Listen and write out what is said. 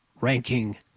ranking